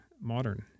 modern